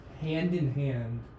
hand-in-hand